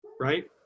right